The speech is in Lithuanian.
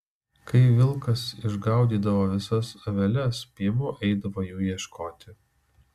kai vilkas išgaudydavo visas aveles piemuo eidavo jų ieškoti